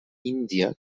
índia